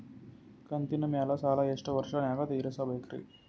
ಕಂತಿನ ಮ್ಯಾಲ ಸಾಲಾ ಎಷ್ಟ ವರ್ಷ ನ್ಯಾಗ ತೀರಸ ಬೇಕ್ರಿ?